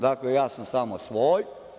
Dakle, ja sam samo svoj.